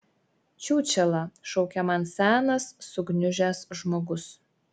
čiūčela šaukia man senas sugniužęs žmogus